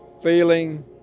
feeling